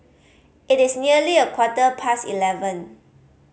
it is nearly a quarter past eleven